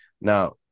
Now